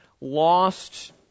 lost